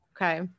okay